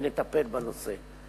ונטפל בנושא.